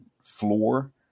floor